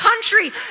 country